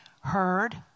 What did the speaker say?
heard